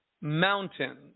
mountains